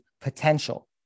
potential